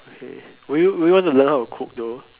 okay will you will you want to learn how to cook though